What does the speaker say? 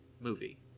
movie